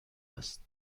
است